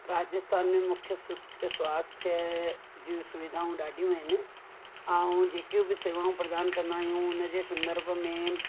राजस्थान में मूंखे स्व स्वास्थय ऐं जूं सुविधाऊं ॾाढियूं आहिनि ऐं जेके बि सेवाऊं प्रदान कंदा आहियूं उन जे संदर्भ में